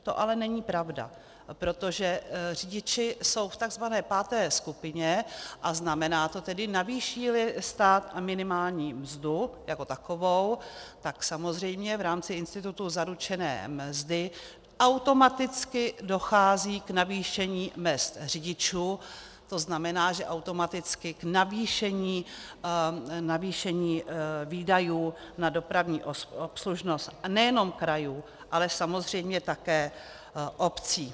To ale není pravda, protože řidiči jsou v takzvané páté skupině, a znamená to tedy, že navýšíli stát minimální mzdu jako takovou, tak samozřejmě v rámci institutu zaručené mzdy automaticky dochází k navýšení mezd řidičů, to znamená, že automaticky k navýšení výdajů na dopravní obslužnost nejenom krajů, ale samozřejmě také obcí.